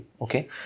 okay